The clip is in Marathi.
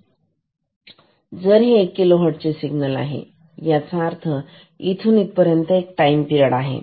आता जर हे 1 किलोहर्ट्झ चे सिग्नल आहे याचा अर्थ इथून पर्यंत हा एक टाइम पीरेड आहे